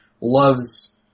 loves